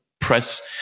press